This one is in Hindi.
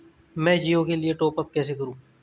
मैं जिओ के लिए टॉप अप कैसे करूँ?